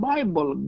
Bible